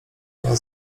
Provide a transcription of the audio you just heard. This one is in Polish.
była